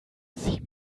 sieh